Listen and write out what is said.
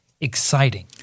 exciting